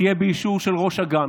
תהיה באישור של ראש אג"מ".